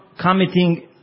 committing